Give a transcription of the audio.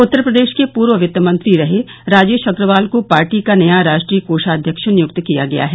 उत्तर प्रदेश के पूर्व वित्तमंत्री रहे राजेश अग्रवाल को पार्टी का नया राष्ट्रीय कोषाध्यक्ष नियुक्त किया गया है